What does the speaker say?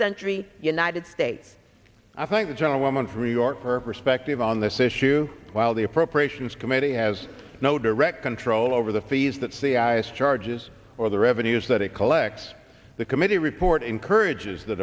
century united states i thank the gentleman from new york her perspective on this issue while the appropriations committee has no direct control over the fees that c i s charges or the revenues that it collects the committee report encourages the